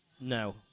no